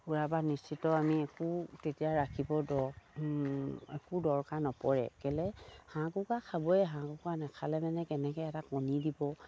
নিশ্চিত আমি একো তেতিয়া ৰাখিব দ একো দৰকাৰ নপৰে কেলে হাঁহ কুকৰা খাবই হাঁহ কুকুৰা নেখালে মানে কেনেকে এটা কণী দিব